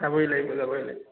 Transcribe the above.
যাবই লাগিব যাবই লাগিব